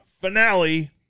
finale